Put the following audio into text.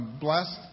blessed